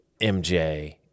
MJ